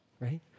right